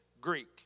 Greek